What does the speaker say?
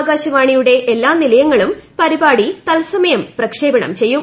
ആകാശവാണിയുടെ എല്ലാ നിലയങ്ങളും പരിപാടി തൽസമയം പ്രക്ഷേപണം ചെയ്യും